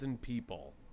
people